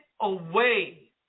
away